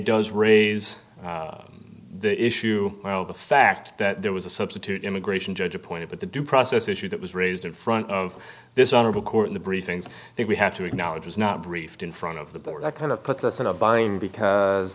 does raise the issue well the fact that there was a substitute immigration judge appointed but the due process issue that was raised in front of this honorable court the briefings that we have to acknowledge was not briefed in front of the board that kind of puts us in a bind because